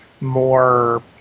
more